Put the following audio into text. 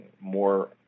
more